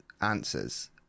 answers